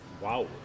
Wow